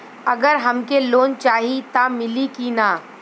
अगर हमके लोन चाही त मिली की ना?